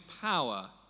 power